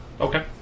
Okay